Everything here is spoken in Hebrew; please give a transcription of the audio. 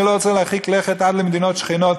אני לא רוצה להרחיק לכת עד למדינות שכנות,